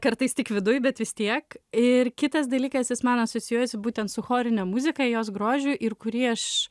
kartais tik viduj bet vis tiek ir kitas dalykas jis man asocijuojasi būtent su chorine muzika jos grožiu ir kurį aš